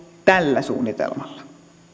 tällä suunnitelmalla